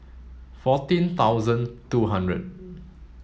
fourteen thousand two hundred